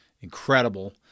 incredible